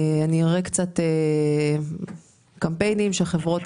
אני אראה קצת קמפיינים שעושות חברות